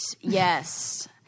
Yes